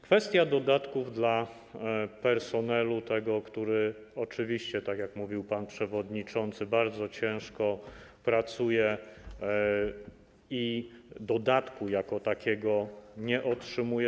Kwestia dodatków dla personelu, który oczywiście, tak jak mówił pan przewodniczący, bardzo ciężko pracuje i dodatku jako takiego nie otrzymuje.